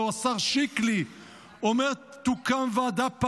או השר שיקלי אומר: תוקם ועדת בדיקה